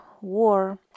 war